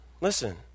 listen